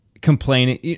complaining